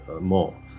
more